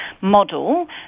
model